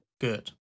good